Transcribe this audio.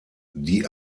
die